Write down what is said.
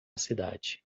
cidade